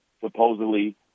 supposedly